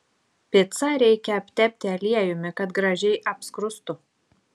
picą reikia aptepti aliejumi kad gražiai apskrustų